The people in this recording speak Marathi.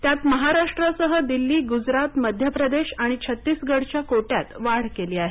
त्यात महाराष्ट्रासह दिल्लीगुजरातमध्यप्रदेश आणि छत्तीसगडच्या कोट्यात वाढ केली आहे